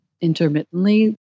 intermittently